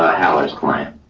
ah holler's client.